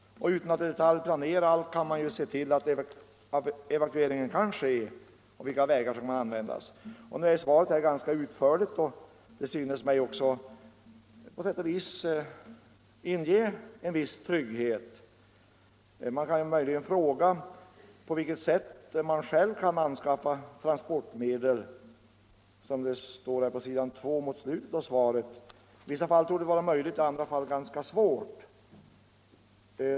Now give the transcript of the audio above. Utan att i detalj planera allt kan man se till att evakuering kan ske och vilka vägar som kan användas. Svaret är ganska utförligt, och det synes mig också på sätt och vis inge en viss trygghet. Man kan möjligen fråga sig på vilket sätt en utlandsmyndighet själv kan anskaffa transportmedel, som det står på sidan två mot slutet av svaret. I vissa fall torde det vara möjligt och i andra fall ganska svårt.